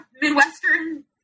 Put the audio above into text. Midwestern